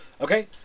Okay